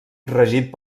regit